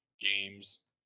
games